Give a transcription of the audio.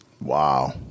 wow